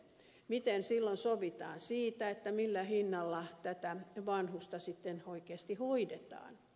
miten silloin sovitaan siitä millä hinnalla tätä vanhusta sitten oikeasti hoidetaan